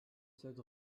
sept